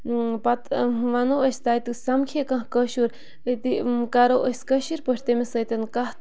پَتہٕ وَنو أسۍ تَتہِ سَمکھے کانٛہہ کٲشُر أتی کَرو أسۍ کٲشِر پٲٹھۍ تٔمِس سۭتۍ کَتھ